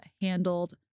handled